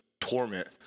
torment